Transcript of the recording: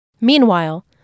Meanwhile